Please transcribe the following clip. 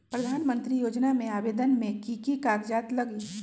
प्रधानमंत्री योजना में आवेदन मे की की कागज़ात लगी?